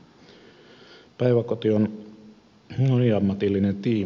päiväkoti on moniammatillinen tiimi